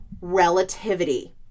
relativity